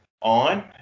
on